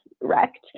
wrecked